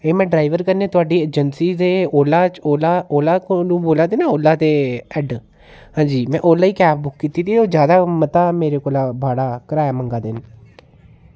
एह् में ड्राइबर कन्नै थुआढ़ी अजेंसी दे ओला च ओला ओला कोला दे ना ओला दे हैड जी में ओला ई कैब बुक कीती दी ऐ ते ओह् जादा ई मता मेरे कोला भाड़ा कराया बड़ा ई मंगा दे न